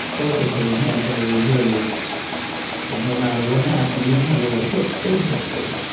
both of them had their resilience. that no matter what happened even when they were hit physically,